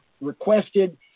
requested